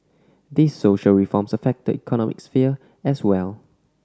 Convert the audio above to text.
these social reforms affect the economic sphere as well